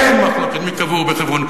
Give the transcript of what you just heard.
אין מחלוקת מי קבור בחברון,